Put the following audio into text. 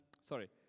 sorry